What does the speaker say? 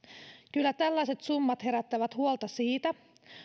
kyllä tällaiset summat herättävät huolta siitä